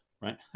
right